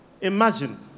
Imagine